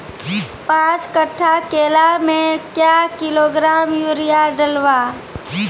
पाँच कट्ठा केला मे क्या किलोग्राम यूरिया डलवा?